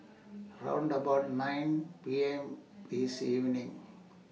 round about nine P M This evening